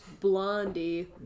blondie